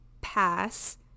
pass